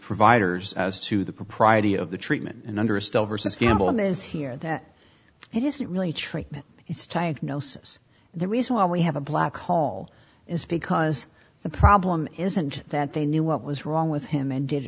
providers as to the propriety of the treatment and under a still versus gambling is here that it is not really treatment it's time gnosis the reason why we have a black call is because the problem isn't that they knew what was wrong with him and did